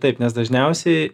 taip nes dažniausiai